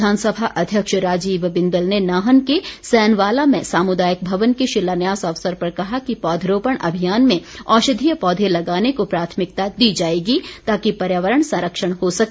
विधानसभा अध्यक्ष राजीव बिंदल ने नाहन के सैनवाला में सामुदायिक भवन के शिलान्यास अवसर पर कहा कि पौधरोपण अभियान में औषधीय पौधे लगाने को प्राथमिकता दी जाएगी ताकि पर्यावरण संरक्षण हो सके